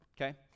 okay